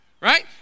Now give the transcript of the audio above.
Right